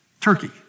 Turkey